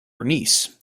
bernice